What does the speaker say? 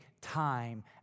time